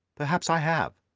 perhaps i have.